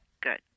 good